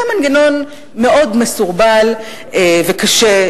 זה מנגנון מאוד מסורבל וקשה,